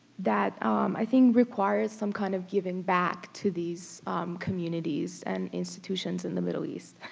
that i think requires some kind of giving back to these communities and institutions in the middle east.